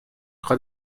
خواد